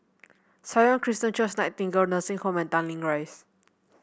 Sion Christian Church Nightingale Nursing Home and Tanglin Rise